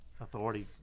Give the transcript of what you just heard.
authority